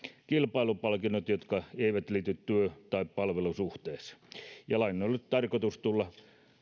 kilpailupalkinnot jotka eivät liity työ tai palvelussuhteeseen lain on on nyt tarkoitus tulla